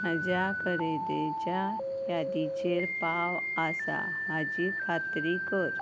म्हज्या खरेदेच्या यादीचेर पाव आसा हाजी खात्री कर